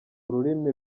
ururimi